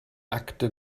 akte